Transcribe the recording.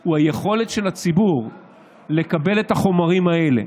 הוא היכולת של הציבור לקבל את החומרים האלה.